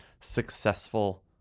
successful